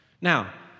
Now